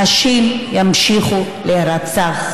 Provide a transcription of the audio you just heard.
הנשים ימשיכו להירצח.